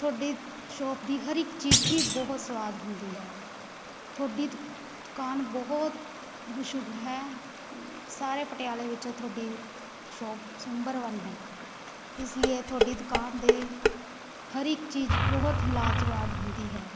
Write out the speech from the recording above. ਤੁਹਾਡੀ ਸ਼ੋਪ ਦੀ ਹਰ ਇੱਕ ਚੀਜ਼ ਹੀ ਬਹੁਤ ਸਵਾਦ ਹੁੰਦੀ ਹੈ ਤੁਹਾਡੀ ਦੁਕਾਨ ਬਹੁਤ ਮਸ਼ਹੂਰ ਹੈ ਸਾਰੇ ਪਟਿਆਲੇ ਵਿੱਚੋਂ ਤੁਹਾਡੀ ਸ਼ੋਪ ਨੰਬਰ ਵਨ ਹੈ ਇਸ ਲੀਏ ਤੁਹਾਡੀ ਦੁਕਾਨ ਦੇ ਹਰ ਇੱਕ ਚੀਜ਼ ਬਹੁਤ ਲਾਜਵਾਬ ਹੁੰਦੀ ਹੈ